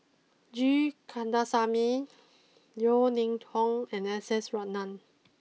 G Kandasamy Yeo Ning Hong and S S Ratnam